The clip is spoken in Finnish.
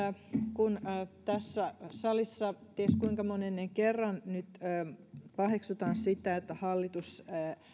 kun tässä salissa ties kuinka monennen kerran nyt paheksutaan sitä että hallitus